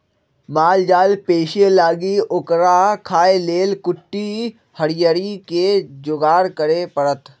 माल जाल पोशे लागी ओकरा खाय् लेल कुट्टी हरियरी कें जोगार करे परत